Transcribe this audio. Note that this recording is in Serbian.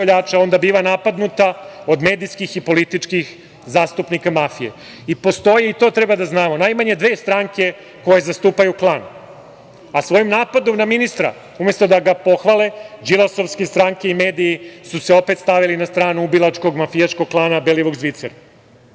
onda biva napadnuta od medijskih i političkih zastupnika mafije. Postoji, i to treba da znamo, najmanje dve stranke koje zastupaju klan. A svojim napadom na ministra, umesto da ga pohvale, Đilasovske stranke i mediji su se opet stavili na stranu ubilačkog mafijaškog klana Belivuk Zvicer.